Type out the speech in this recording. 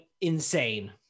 insane